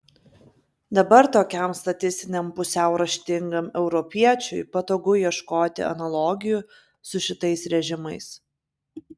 dabar tokiam statistiniam pusiau raštingam europiečiui patogu ieškoti analogijų su šitais režimais